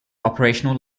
operational